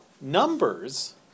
numbers